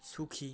সুখী